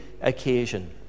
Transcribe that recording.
occasion